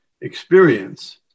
experience